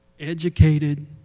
educated